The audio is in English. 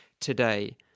today